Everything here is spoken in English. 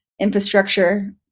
infrastructure